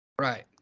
Right